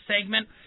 segment